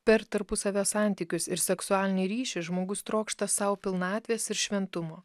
per tarpusavio santykius ir seksualinį ryšį žmogus trokšta sau pilnatvės ir šventumo